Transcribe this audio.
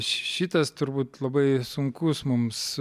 šitas turbūt labai sunkus mums